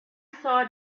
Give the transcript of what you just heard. saw